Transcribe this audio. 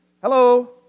Hello